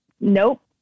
Nope